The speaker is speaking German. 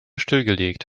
stillgelegt